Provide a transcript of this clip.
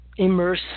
immerse